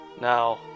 Now